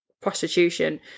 prostitution